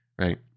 right